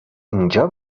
اینجا